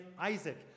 Isaac